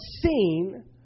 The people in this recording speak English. seen